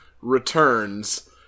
returns